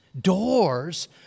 doors